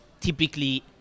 typically